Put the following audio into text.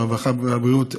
הרווחה והבריאות,